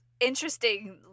interesting